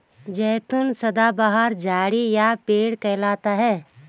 जैतून सदाबहार झाड़ी या पेड़ कहलाता है